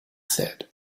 said